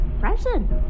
present